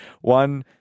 one